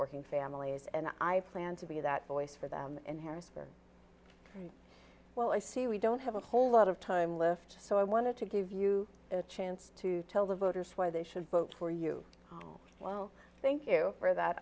working families and i plan to be that voice for them in harrisburg well i see we don't have a whole lot of time left so i wanted to give you a chance to tell the voters why they should vote for you well thank you for that